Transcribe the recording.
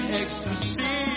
ecstasy